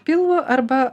pilvo arba